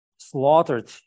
slaughtered